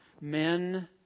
men